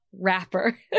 rapper